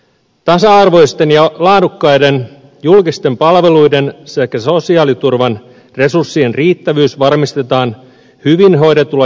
tasa arvoisten ja laadukkaiden julkisten palveluiden sekä sosiaaliturvan resurssien riittävyys varmistetaan hyvin hoidetulla julkisella taloudella